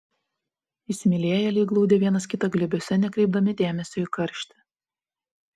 įsimylėjėliai glaudė vienas kitą glėbiuose nekreipdami dėmesio į karštį